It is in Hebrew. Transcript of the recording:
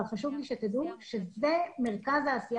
אבל חשוב לי שתדעו שזה מרכז העשייה